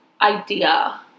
idea